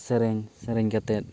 ᱥᱮᱨᱮᱧ ᱥᱮᱨᱮᱧ ᱠᱟᱛᱮᱫ